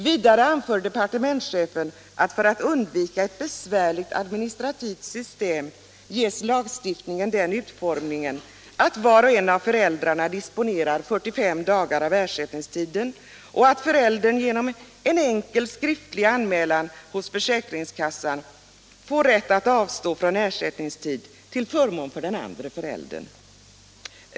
Vidare anför departementschefen att för att undvika ett besvärligt administrativt system ges lagstiftningen den utformningen, att var och en av föräldrarna disponerar 45 dagar av ersättningstiden och att den ena föräldern genom en enkel skriftlig anmälan hos försäkringskassan får rätt att avstå från ersättningstid till förmån för den andra föräldern.